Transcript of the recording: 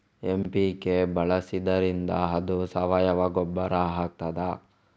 MPK ಬಳಸಿದ್ದರಿಂದ ಅದು ಸಾವಯವ ಗೊಬ್ಬರ ಆಗ್ತದ?